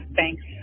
thanks